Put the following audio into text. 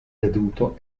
veduto